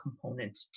component